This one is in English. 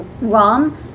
ROM